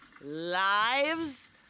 lives